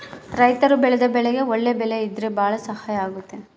ರೈತರು ಬೆಳೆದ ಬೆಳೆಗೆ ಒಳ್ಳೆ ಬೆಲೆ ಇದ್ರೆ ಭಾಳ ಸಹಾಯ ಆಗುತ್ತೆ